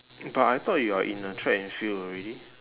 but I thought you are in the track and field already